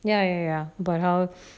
ya ya ya but how